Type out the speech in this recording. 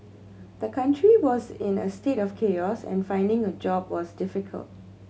the country was in a state of chaos and finding a job was difficult